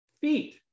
feet